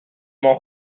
m’en